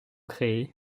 créées